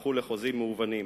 והפכו לחוזים מהוונים,